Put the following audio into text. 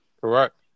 Correct